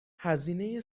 هزینه